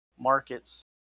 markets